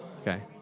Okay